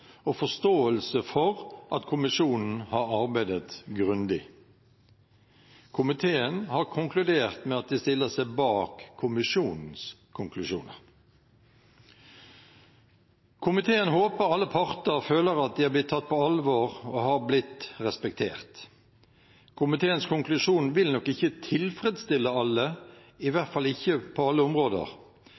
og forståelse for at kommisjonen har arbeidet grundig. Komiteen har konkludert med at de stiller seg bak kommisjonens konklusjoner. Komiteen håper alle parter føler de er blitt tatt på alvor og har blitt respektert. Komiteens konklusjon vil nok ikke tilfredsstille alle, i hvert fall ikke på alle områder,